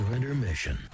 Intermission